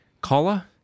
Kala